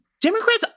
Democrats